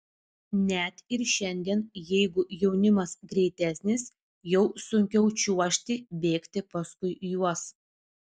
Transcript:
net ir šiandien jeigu jaunimas greitesnis jau sunkiau čiuožti bėgti paskui juos